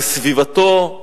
לסביבתו.